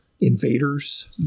Invaders